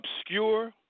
obscure